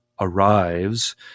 arrives